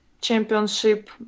championship